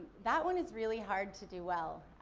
that one is really hard to do well.